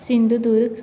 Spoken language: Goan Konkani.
सिंधुदुर्ग